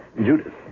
Judith